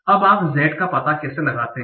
अब आप Z का पता कैसे लगाते हैं